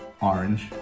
orange